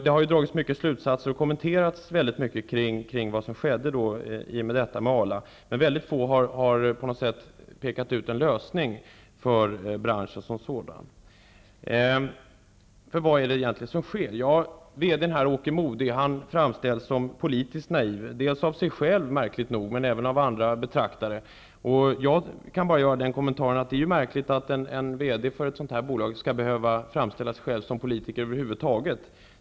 Det har dragits många slutsatser och fällts många kommentarer till vad som då skedde hos Arla, men väldigt få har visat på någon lösning för branschen som sådan. Vad var det egentligen som skedde? Jo, VD:n, Åke Modig, framställdes som politiskt naiv -- både av sig själv, märkligt nog, och av andra betraktare. Jag kan bara göra den kommentaren att det är märkligt att en VD för ett sådant bolag skall behöva framställa sig själv som politiker över huvud taget.